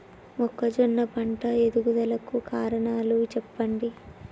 మొక్కజొన్న పంట ఎదుగుదల కు కారణాలు చెప్పండి?